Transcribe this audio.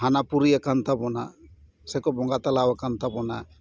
ᱦᱟᱱᱟ ᱯᱩᱨᱤ ᱟᱠᱟᱱ ᱛᱟᱵᱚᱱᱟ ᱥᱮᱠᱚ ᱵᱚᱸᱜᱟ ᱛᱟᱞᱟ ᱟᱠᱟᱱ ᱛᱟᱵᱚᱱᱟ